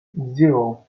zero